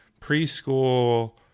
preschool